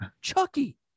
Chucky